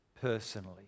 personally